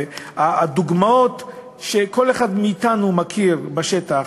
הדוגמאות שכל אחד מאתנו מכיר בשטח,